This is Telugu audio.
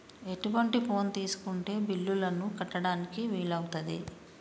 ఎటువంటి ఫోన్ తీసుకుంటే బిల్లులను కట్టడానికి వీలవుతది?